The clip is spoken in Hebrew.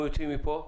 אנחנו יוצאים מפה,